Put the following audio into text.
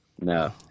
No